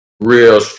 real